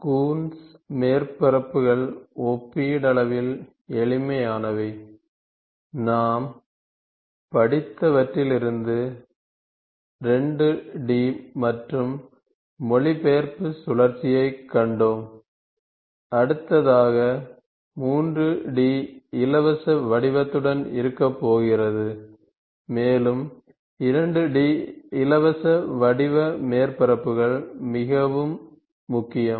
Coons மேற்பரப்புகள் ஒப்பீட்டளவில் எளிமையானவை நாம் படித்தவற்றிலிருந்து 2 D மற்றும் மொழிபெயர்ப்பு சுழற்சியைக் கண்டோம் அடுத்ததாக 3 D இலவச வடிவத்துடன் இருக்கப் போகிறது மேலும் 2 D இலவச வடிவ மேற்பரப்புகள் மிகவும் முக்கியம்